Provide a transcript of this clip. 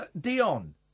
Dion